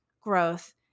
growth